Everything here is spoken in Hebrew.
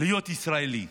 להיות ישראלי,